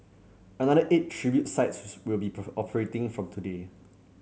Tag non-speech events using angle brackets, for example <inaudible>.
another eight tribute sites <unintelligible> will be <unintelligible> operating from today